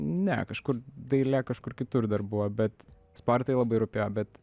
ne kažkur dailė kažkur kitur dar buvo bet sportai labai rūpėjo bet